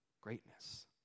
Greatness